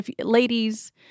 Ladies